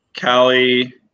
Callie